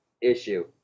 issue